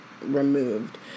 removed